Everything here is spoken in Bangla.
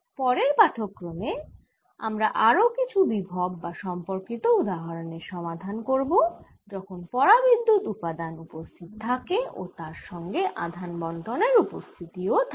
পরের পাঠক্রমে আমরা আরও কিছু বিভব বা সম্পর্কিত উদাহরনের সমাধান করব যখন পরাবিদ্যুত উপাদান উপস্থিত থাকে ও তার সঙ্গে আধান বণ্টনের উপস্থিতিও থাকে